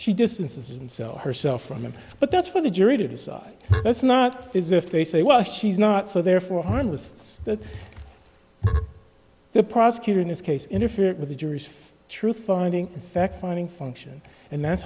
she distances and so herself from him but that's for the jury to decide that's not is if they say well she's not so therefore analysts that the prosecutor in this case interfered with the jurors for truth finding fact finding function and that's